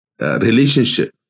relationship